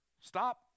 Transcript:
Stop